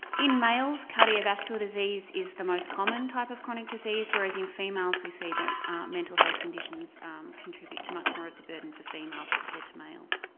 in males, cardiovascular disease is the most common type of chronic disease, whereas in females we see that mental health conditions contribute to much more of the burden for females compared to males.